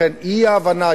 לכן האי-הבנה,